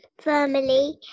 firmly